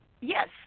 Yes